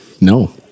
No